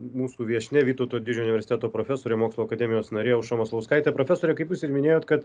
mūsų viešnia vytauto didžiojo universiteto profesorė mokslų akademijos narė aušra maslauskaitė profesore kaip jūs ir minėjot kad